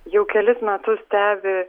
jau kelis metus stebi